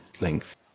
length